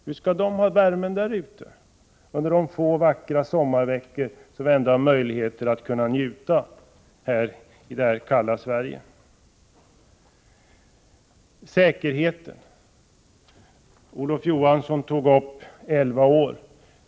Hur skall de kunna ordna värme ute i sina fritidshus under de få vackra sommarveckor då vi i det kalla Sverige ändå har möjlighet att njuta av tillvaron i en sommarstuga? När det gäller säkerheten nämnde Olof Johansson att den genomsnittliga livslängden för en reaktor är elva år.